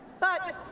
but,